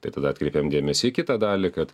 tai tada atkreipėm dėmesį į kitą dalį kad